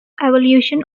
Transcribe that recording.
evolution